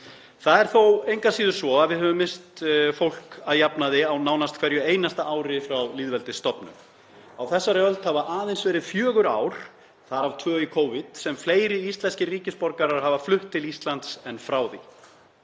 Það er þó engu að síður svo, að við höfum misst fólk að jafnaði á nánast hverju einasta ári frá lýðveldisstofnun. Á þessari öld hafa aðeins verið fjögur ár, þar af tvö í Covid, þar sem fleiri íslenskir ríkisborgarar hafa flutt til Íslands en frá því.